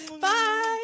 bye